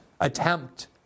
attempt